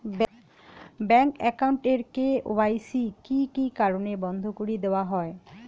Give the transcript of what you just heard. Bank account এর KYC কি কি কারণে বন্ধ করি দেওয়া হয়?